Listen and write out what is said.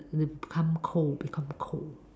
become cold become cold